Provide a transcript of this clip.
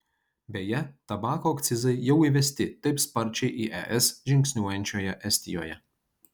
beje tabako akcizai jau įvesti taip sparčiai į es žingsniuojančioje estijoje